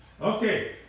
Okay